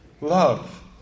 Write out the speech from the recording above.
love